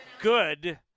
good